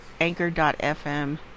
anchor.fm